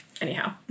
anyhow